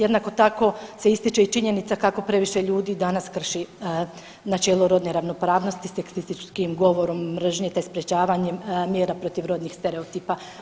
Jednako tako se ističe i činjenica kako previše ljudi danas krši načelo rodne ravnopravnosti seksističkim govorom mržnje te sprečavanjem mjera protiv rodnih stereotipa.